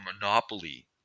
monopoly